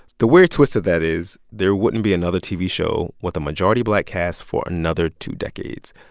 the weird twist to that is there wouldn't be another tv show with a majority black cast for another two decades.